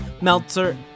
Meltzer